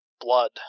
blood